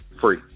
free